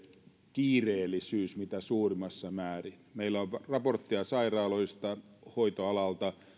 kiireellisyys mitä suurimmassa määrin meillä on raporttia sairaaloista hoitoalalta